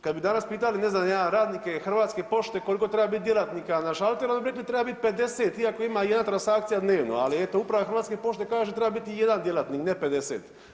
Kad bi danas pitali ne znam ja radnike Hrvatske pošte koliko treba biti djelatnika na šalteru oni bi rekli treba biti 50 iako ima jedna transakcija dnevno, ali eto uprava Hrvatska pošte kaže treba biti jedan djelatnik ne 50.